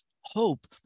Hope